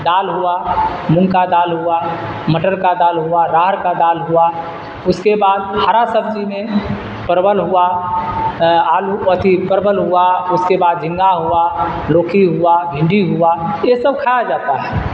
دال ہوا مونگ کا دال ہوا مٹر کا دال ہوا راہڑ کا دال ہوا اس کے بعد ہرا سبزی میں پرول ہوا آلو اتھی پرول ہوا اس کے بعد جھنگا ہوا لوکی ہوا بھنڈی ہوا یہ سب کھایا جاتا ہے